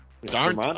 Darn